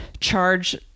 charge